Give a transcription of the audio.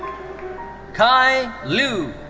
kai lu.